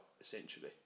essentially